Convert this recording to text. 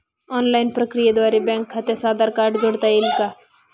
Online प्रक्रियेद्वारे bank खात्यास Aadhaar card जोडता येईल का?